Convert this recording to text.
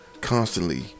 constantly